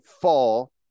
fall